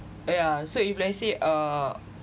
yeah so if let's say uh